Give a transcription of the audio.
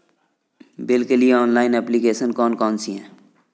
Bill के लिए online application कौन कौन सी हैं?